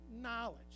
knowledge